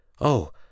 Oh